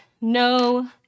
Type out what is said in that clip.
no